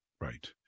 Right